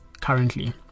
currently